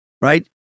right